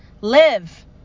Live